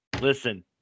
listen